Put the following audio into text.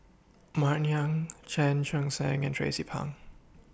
Martin Yan Chan Chun Sing and Tracie Pang